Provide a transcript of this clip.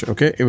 Okay